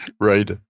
Right